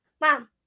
Mom